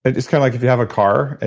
but it's kind of like if you have a car,